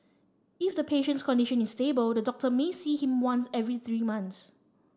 if the patient's condition is stable the doctor may see him once every three months